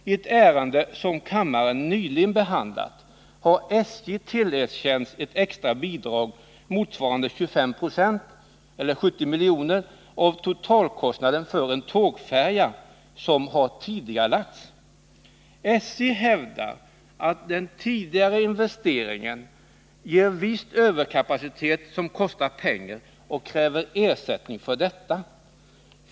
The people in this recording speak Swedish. I ett ärende som kammaren nyligen behandlat har SJ tillerkänts ett extra bidrag motsvarande 25 96 eller 70 miljoner av totalkostnaden för en tågfärja, som har tidigarelagts. SJ hävdar att tidigareläggningen av investeringen ger viss överkapacitet, som kostar pengar, och kräver att få ersättning för detta.